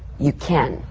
you can.